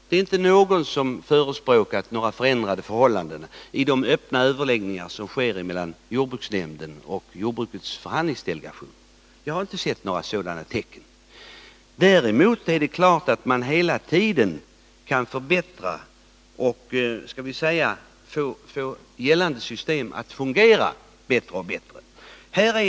Det är inte någon som har förespråkat förändrade förhållanden i fråga om de öppna överläggningar som sker mellan jordbruksnämnden och jordbrukets förhandlingsdelegation. Jag har inte sett några sådana tecken. Däremot är det klart att man hela tiden kan förbättra och få gällande system att fungera bättre och bättre.